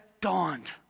dawned